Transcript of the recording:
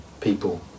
people